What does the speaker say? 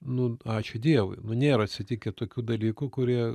nu ačiū dievui nu nėra atsitikę tokių dalykų kurie